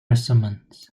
racemes